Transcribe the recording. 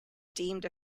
deemed